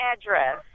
address